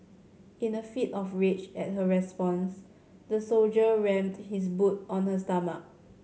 in a fit of rage at her response the soldier rammed his boot on her stomach